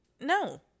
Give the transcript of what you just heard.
no